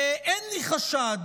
ואין לי חשד